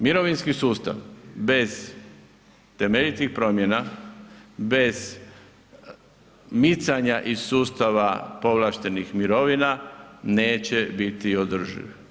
Mirovinski sustav bez temeljitih promjena, bez micanja iz sustava povlaštenih mirovina neće biti održiv.